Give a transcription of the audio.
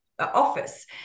office